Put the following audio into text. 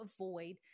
avoid